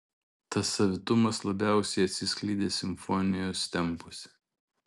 tas savitumas labiausiai atsiskleidė simfonijos tempuose